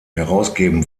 herausgeben